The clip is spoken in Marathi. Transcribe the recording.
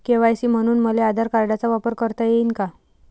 के.वाय.सी म्हनून मले आधार कार्डाचा वापर करता येईन का?